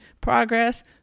progress